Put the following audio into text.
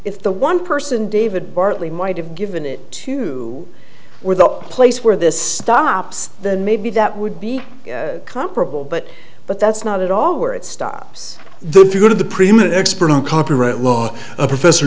if the one person david hartley might have given it to or the place where this stops then maybe that would be comparable but but that's not at all where it stops though if you go to the prima expert on copyright law professor